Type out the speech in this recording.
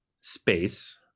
space